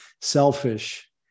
selfish